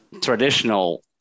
traditional